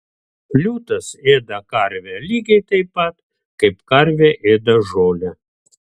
liūtas ėda karvę lygiai taip pat kaip karvė ėda žolę